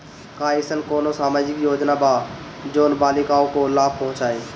का अइसन कोनो सामाजिक योजना बा जोन बालिकाओं को लाभ पहुँचाए?